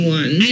one